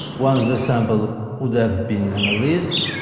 once the samples would have been analyzed,